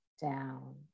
down